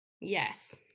Yes